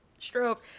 Stroke